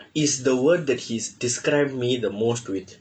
is the word that he's described me the most with